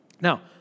Now